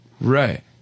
Right